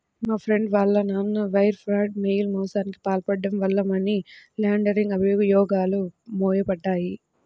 మా ఫ్రెండు వాళ్ళ నాన్న వైర్ ఫ్రాడ్, మెయిల్ మోసానికి పాల్పడటం వల్ల మనీ లాండరింగ్ అభియోగాలు మోపబడ్డాయి